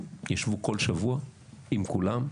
שישבו בכל שבוע עם כולם,